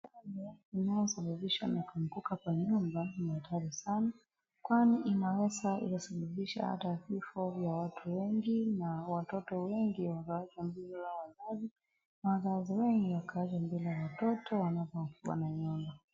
Hali ya mvua husababisha kuanguka kwa nyumba na hatari sana kwani inaweza ikasababisha hata vifo vya watu wengi na watoto wengi huwachwa bila wazazi, na wazazi wengi huachwa bila watoto wanapofukua na.